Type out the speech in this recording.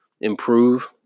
improve